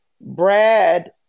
Brad